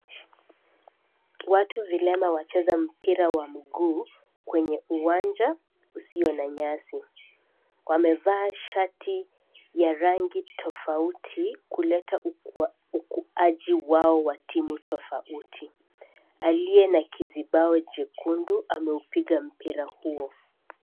Watu vilema wacheza mpira wa miguu kwenye uwanja usio na nyasi. Wamevaa shati ya rangi tofauti kuleta ukuaji wao wa timu tofauti, aliye na kizibao jekundu ameupiga mpira huo.